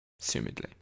Assumedly